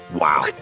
Wow